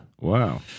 Wow